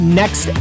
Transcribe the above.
next